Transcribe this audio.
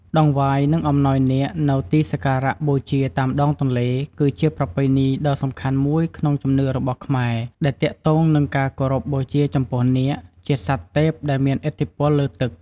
តង្វាយ និងអំណោយនាគនៅទីសក្ការៈបូជាតាមដងទន្លេ គឺជាប្រពៃណីដ៏សំខាន់មួយក្នុងជំនឿរបស់ខ្មែរ ដែលទាក់ទងនឹងការគោរពបូជាចំពោះនាគ ជាសត្វទេពដែលមានឥទ្ធិពលលើទឹក។